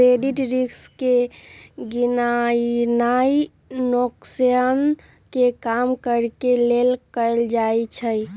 credit risk के गीणनाइ नोकसान के कम करेके लेल कएल जाइ छइ